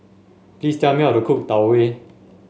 please tell me how to cook Tau Huay